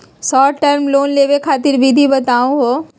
Short term loan लेवे खातीर विधि बताहु हो?